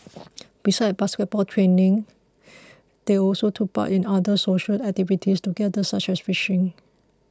besides basketball training they also took part in other social activities together such as fishing